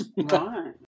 Right